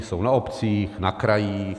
Jsou na obcích, na krajích.